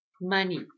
money